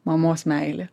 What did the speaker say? mamos meilė